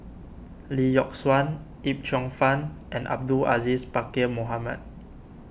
Lee Yock Suan Yip Cheong Fun and Abdul Aziz Pakkeer Mohamed